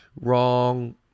Wrong